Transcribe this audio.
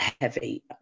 heavy